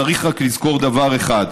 צריך רק לזכור דבר אחד,